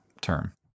term